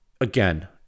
again